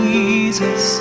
Jesus